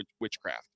witchcraft